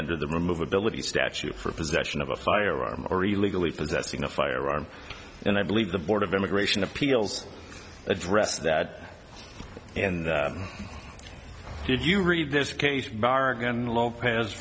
under the remove ability statute for possession of a firearm legally possessing a firearm and i believe the board of immigration appeals addressed that and did you read this case bargain lopez